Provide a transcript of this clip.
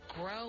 Grow